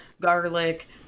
garlic